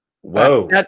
Whoa